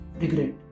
regret